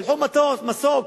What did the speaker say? שלחו מסוק